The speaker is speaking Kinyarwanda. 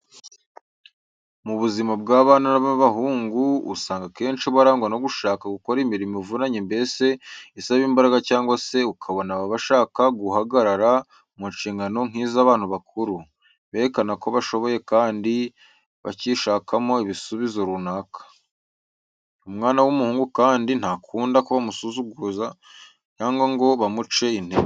Mu buzima bw'abana b'abahungu usanga akenshi barangwa no gushaka gukora imirimo ivunanye mbese isaba imbaraga cyangwa se ukabona baba bashaka guhagarara mu nshingano nk'iz'abantu bakuru, berekana ko bashoboye kandi bakishakamo igisubizo runaka. Umwana w'umuhungu kandi ntakunda ko bamusuzugura cyangwa ngo bamuce intege.